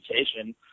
education